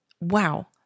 Wow